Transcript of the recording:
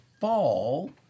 fall